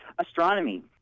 Astronomy